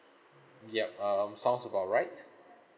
yup um sounds about right